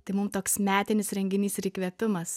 tai mum toks metinis renginys ir įkvėpimas